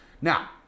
Now